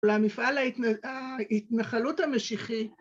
‫למפעל ההתנחלות המשיחית.